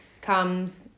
comes